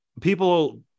people